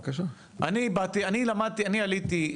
אני באתי, אני למדתי, אני עליתי.